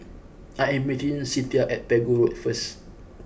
I am meeting Cinthia at Pegu Road first